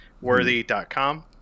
worthy.com